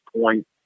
point